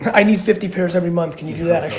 i need fifty pairs every month. can you do that?